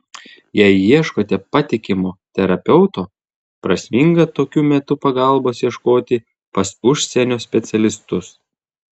jei ieškote patikimo terapeuto prasminga tokiu metu pagalbos ieškoti pas užsienio specialistus